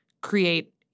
create